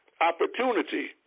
opportunity